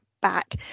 back